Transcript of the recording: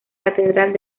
catedral